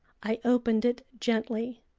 i opened it gently.